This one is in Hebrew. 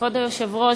כבוד היושב-ראש,